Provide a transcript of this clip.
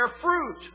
fruit